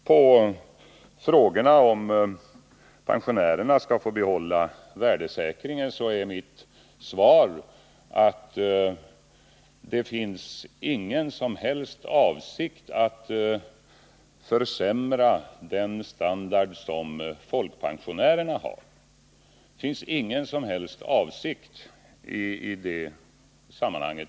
På frågan om pensionärerna skall få behålla värdesäkringen är mitt svar att det inte finns någon som helst avsikt att försämra den standard som folkpensionärerna har. Det finns ingen som helst avsikt i det sammanhanget.